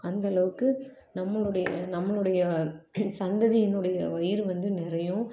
அந்த அளவுக்கு நம்மளுடைய நம்மளுடைய சந்ததியினுடைய வயிறு வந்து நிறையும்